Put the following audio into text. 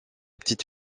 petite